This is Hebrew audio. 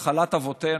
נחלת אבותינו,